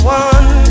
one